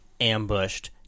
ambushed